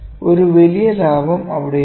ഈ വലിയ ലാഭം അവിടെയുണ്ട്